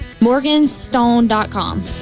Morganstone.com